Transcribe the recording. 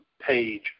page